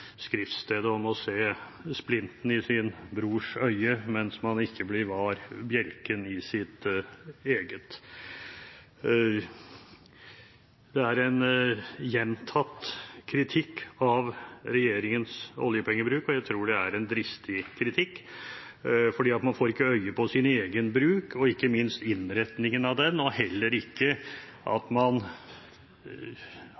skriftstedet om å se splinten i sin brors øye, mens man ikke blir var bjelken i sitt eget. Det er en gjentatt kritikk av regjeringens oljepengebruk, og jeg tror det er en dristig kritikk, for man får ikke øye på sin egen bruk, og ikke minst innretningen av den, og heller ikke